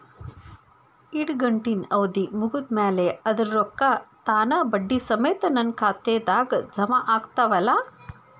ಇಡಗಂಟಿನ್ ಅವಧಿ ಮುಗದ್ ಮ್ಯಾಲೆ ಅದರ ರೊಕ್ಕಾ ತಾನ ಬಡ್ಡಿ ಸಮೇತ ನನ್ನ ಖಾತೆದಾಗ್ ಜಮಾ ಆಗ್ತಾವ್ ಅಲಾ?